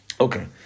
Okay